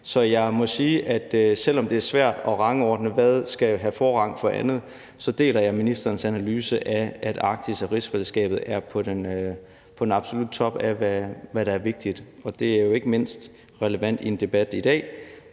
Så jeg må sige, at selv om det er svært at rangordne det, afgøre, hvad der skal have forrang frem for andet, deler jeg ministerens analyse af, at Arktis og rigsfællesskabet er på den absolutte top af, hvad der er vigtigt. Det er jo ikke mindst relevant i en debat i dag